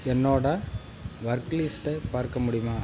என்னோட வர்க் லிஸ்ட்டை பார்க்க முடியுமா